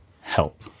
Help